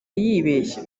yibeshye